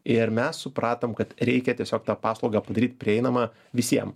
ir mes supratom kad reikia tiesiog tą paslaugą padaryt prieinamą visiem